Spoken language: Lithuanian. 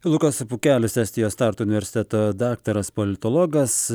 lukas pukelis estijos tartu universiteto daktaras politologas